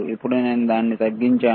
ఇప్పుడు నేను దానిని తగ్గించాను